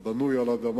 זה בנוי יותר על אדמה